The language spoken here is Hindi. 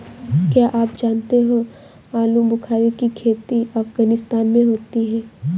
क्या आप जानते हो आलूबुखारे की खेती अफगानिस्तान में होती है